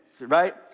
right